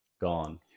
gone